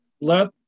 let